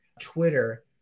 Twitter